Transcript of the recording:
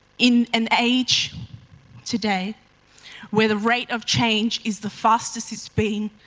in an age today where the rate of change is the fastest it's been